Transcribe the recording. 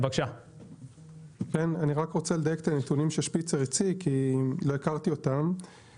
אני רוצה לדייק את הנתונים ששפיצר הציג כי לא הכרתי אותם,